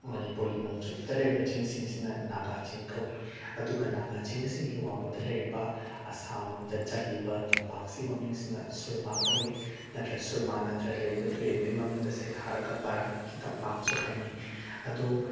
ꯃꯅꯤꯄꯨꯔꯒꯤ ꯅꯣꯡꯆꯨꯞꯇ ꯂꯩꯔꯤꯕ ꯆꯤꯡꯁꯤꯡꯁꯤꯅ ꯅꯥꯒꯥ ꯆꯤꯡ ꯀꯧꯏ ꯑꯗꯨꯒ ꯅꯥꯒꯥ ꯆꯤꯡꯁꯤꯡꯒꯤ ꯋꯥꯡꯃꯗ ꯂꯩꯔꯤꯕ ꯑꯁꯥꯝꯗ ꯆꯠꯂꯤꯕ ꯇꯝꯄꯥꯛꯁꯤ ꯃꯃꯤꯡꯁꯤꯅ ꯁꯨꯔꯃꯥ ꯀꯧꯏ ꯅꯠꯇ꯭ꯔ ꯁꯨꯔꯃꯥ ꯅꯠꯇ꯭ꯔ ꯂꯩꯔꯤꯕ ꯇꯨꯔꯦꯟꯗꯨꯒꯤ ꯃꯃꯤꯡꯗ ꯁꯩꯊꯥꯔꯒ ꯕꯥꯔꯥꯛꯀꯤ ꯇꯝꯄꯥꯛꯁꯨ ꯍꯥꯏꯅꯩ ꯑꯗꯣ